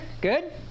Good